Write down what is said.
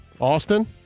Austin